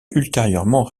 ultérieurement